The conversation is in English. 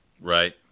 right